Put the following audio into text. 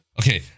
Okay